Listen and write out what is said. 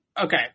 Okay